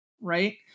right